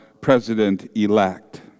President-Elect